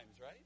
right